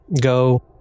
go